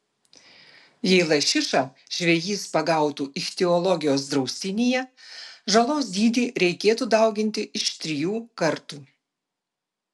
jei lašišą žvejys pagautų ichtiologijos draustinyje žalos dydį reikėtų dauginti iš trijų kartų